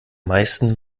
meisten